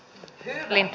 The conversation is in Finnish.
kevin